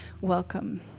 Welcome